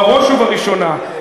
בראש ובראשונה,